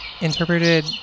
interpreted